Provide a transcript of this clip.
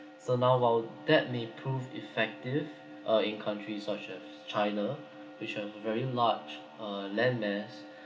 so now while that may prove effective uh in countries such as china which have very large uh land mass